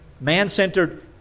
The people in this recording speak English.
Man-centered